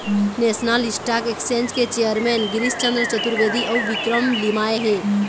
national Stock Exchange के chairman Girish Chandra Chaturvedi अउ विक्रम लिमाय हे